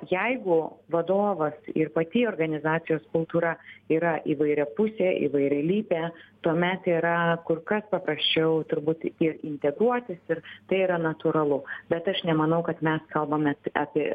jeigu vadovas ir pati organizacijos kultūra yra įvairiapusė įvairialypė tuomet yra kur kas paprasčiau turbūt ir integruotis ir tai yra natūralu bet aš nemanau kad mes kalbame apie